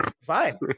Fine